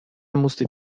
musste